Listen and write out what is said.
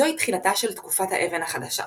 זוהי תחילתה של תקופת האבן החדשה,